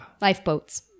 Lifeboats